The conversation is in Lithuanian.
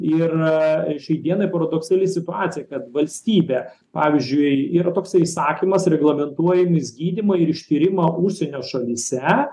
ir šiai dienai paradoksali situacija kad valstybė pavyzdžiui yra toks įsakymas reglamentuoja gydymą ir ištyrimą užsienio šalyse